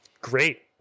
Great